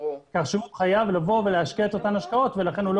כך שהוא חייב לבוא ולהשקיע את אותן השקעות ולכן הוא לא